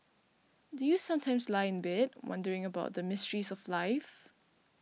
do you sometimes lie in bed wondering about the mysteries of life